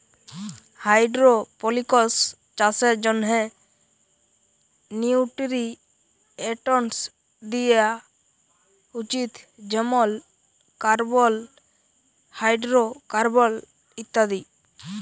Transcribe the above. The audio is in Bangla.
হাইডোরোপলিকস চাষের জ্যনহে নিউটিরিএন্টস দিয়া উচিত যেমল কার্বল, হাইডোরোকার্বল ইত্যাদি